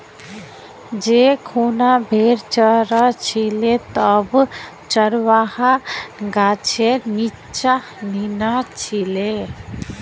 जै खूना भेड़ च र छिले तब चरवाहा गाछेर नीच्चा नीना छिले